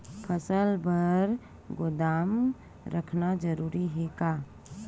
फसल बर गोदाम रखना जरूरी हे का?